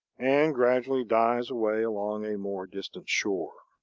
and gradually dies away along a more distant shore.